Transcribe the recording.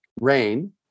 rain